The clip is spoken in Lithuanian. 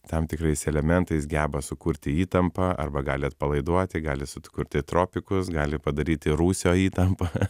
tam tikrais elementais geba sukurti įtampą arba gali atpalaiduoti gali sukurti tropikus gali padaryti rūsio įtampą